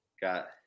got